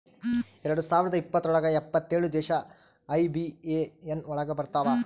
ಎರಡ್ ಸಾವಿರದ ಇಪ್ಪತ್ರೊಳಗ ಎಪ್ಪತ್ತೇಳು ದೇಶ ಐ.ಬಿ.ಎ.ಎನ್ ಒಳಗ ಬರತಾವ